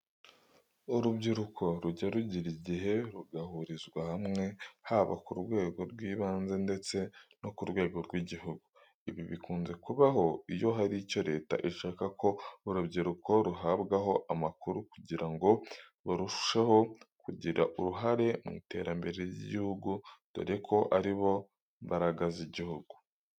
Urubyiruko rujya rugira igihe rugahurizwa hamwe haba ku rwego rw'ibanze ndetse no ku rwego rw'igihugu. Ibi bikunze kubaho iyo hari icyo Leta ishaka ko urubyiruko ruhabwaho amakuru kugira ngo barusheho kugira uruhare mu iterambere ry'igihugu dore ko ari bo mbaraga z'igihugu.